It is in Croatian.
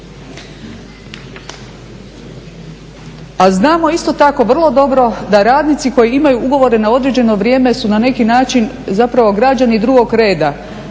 A znamo isto tako vrlo dobro da radnici koji imaju ugovore na određeno vrijeme su na neki način zapravo građani drugog reda,